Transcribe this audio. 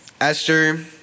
Esther